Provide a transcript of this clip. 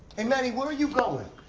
hey manny, where are you going?